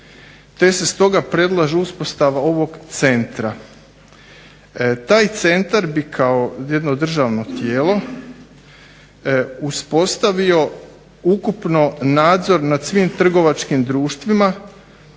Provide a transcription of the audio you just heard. te se stoga predlaže uspostava ovog centra. Taj centar bi kao jedno državno tijelo uspostavio ukupno nadzor nad svim trgovačkim društvima,